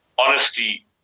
Honesty